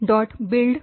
build LD